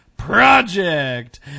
project